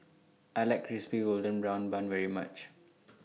I like Crispy Golden Brown Bun very much